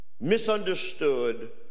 misunderstood